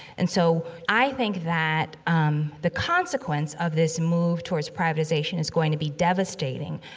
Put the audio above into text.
and so, i think that, um, the consequence of this move towards privatization is going to be devastating,